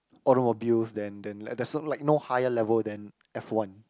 automobiles than than like there's no like no higher level than f-one